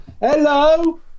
hello